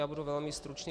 Já budu velmi stručný.